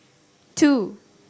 two